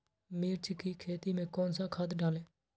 मिर्च की खेती में कौन सा खाद डालें?